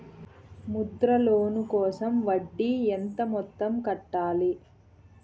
Mudra loan కోసం వడ్డీ ఎంత మొత్తం కట్టాలి